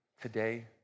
today